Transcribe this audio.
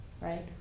right